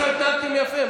עד עכשיו התנהגתם יפה.